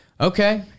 Okay